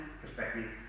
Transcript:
perspective